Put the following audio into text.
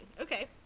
Okay